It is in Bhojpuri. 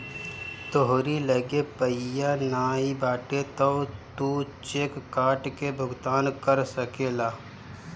तोहरी लगे पइया नाइ बाटे तअ तू चेक काट के भुगतान कर सकेला